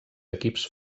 equips